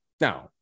now